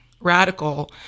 radical